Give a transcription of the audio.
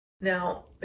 Now